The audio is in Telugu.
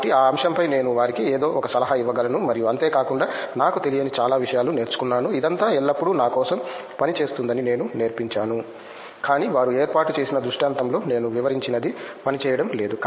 కాబట్టి ఆ అంశం ఫై నేను వారికి ఏదో ఒక సలహా ఇవ్వగలను మరియు అంతేకాకుండా నాకు తెలియని చాలా విషయాలు నేర్చుకున్నాను ఇదంతా ఎల్లప్పుడూ నా కోసం పనిచేస్తుందని నేను నేర్పించాను కానీ వారు ఏర్పాటుచేసిన దృష్టాంతంలో నేను వివరించినది పనిచేయడం లేదు